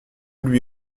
lui